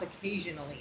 occasionally